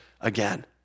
again